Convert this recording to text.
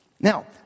Now